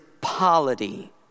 polity